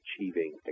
achieving